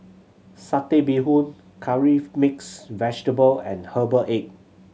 Satay Bee Hoon Curry Mixed Vegetable and herbal egg